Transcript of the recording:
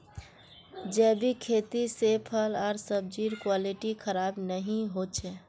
जैविक खेती से फल आर सब्जिर क्वालिटी खराब नहीं हो छे